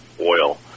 oil